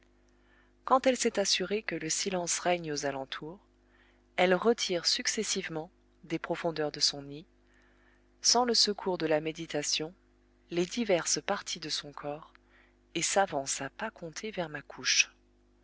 quand elle s'est assurée que le silence règne aux alentours elle retire successivement des profondeurs de son nid sans le secours de la méditation les diverses parties de son corps et s'avance à pas comptés vers ma couche